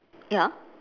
ya